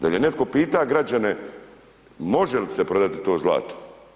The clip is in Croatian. Da li je netko pitao građane može li se prodati to zlato?